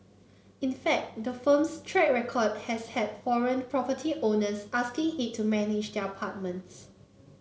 in fact the firm's track record has had foreign property owners asking it to manage their apartments